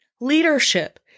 Leadership